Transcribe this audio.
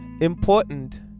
important